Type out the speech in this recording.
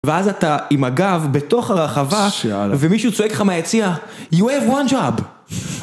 ואז אתה עם הגב בתוך הרחבה, ומישהו צועק לך מהיציע You have one job!